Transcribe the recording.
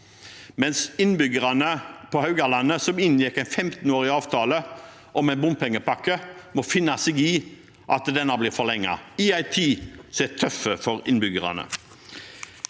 mens innbyggerne på Haugalandet, som inngikk en 15årig avtale om en bompengepakke, må finne seg i at den blir forlenget – i en tid som er tøff for innbyggerne.